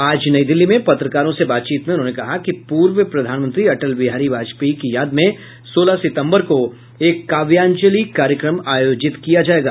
आज नई दिल्ली में पत्रकारों से बातचीत में उन्होंने कहा कि पूर्व प्रधानमंत्री अटल बिहारी वाजपेयी की याद में सोलह सितम्बर को एक काव्यांजलि कार्यक्रम आयोजित किया जायेगा